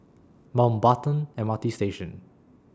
Mountbatten M R T Station